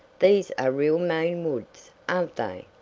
these are real maine woods, aren't they?